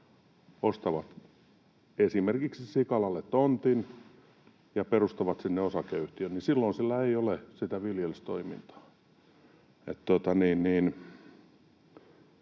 ostaa esimerkiksi sikalalle tontin ja perustaa sinne osakeyhtiön, silloin sillä ei ole sitä viljelystoimintaa.